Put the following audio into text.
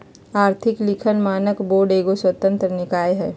आर्थिक लिखल मानक बोर्ड एगो स्वतंत्र निकाय हइ